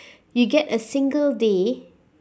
you get a single day